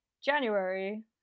January